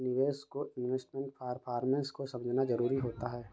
निवेशक को investment performance को समझना जरुरी होता है